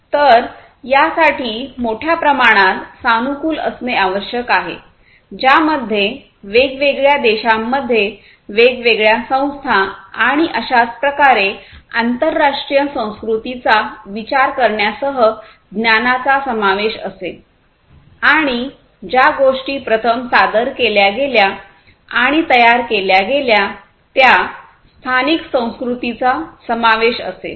तर यासाठी मोठ्या प्रमाणात सानुकूलन असणे आवश्यक आहे ज्यामध्ये वेगवेगळ्या देशांमध्ये वेगवेगळ्या संस्था आणि अशाच प्रकारे आंतरराष्ट्रीय संस्कृतीचा विचार करण्यासह ज्ञानाचा समावेश असेल आणि ज्या गोष्टी प्रथम सादर केल्या गेल्या आणि तयार केल्या गेल्या त्या स्थानिक संस्कृतीचा समावेश असेल